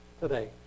today